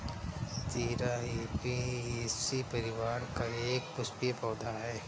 जीरा ऍपियेशी परिवार का एक पुष्पीय पौधा है